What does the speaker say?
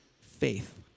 faith